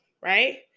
right